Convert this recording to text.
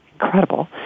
incredible